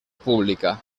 pública